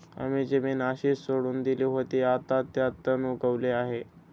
आम्ही जमीन अशीच सोडून दिली होती, आता त्यात तण उगवले आहे